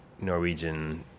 Norwegian